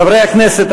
חברי הכנסת,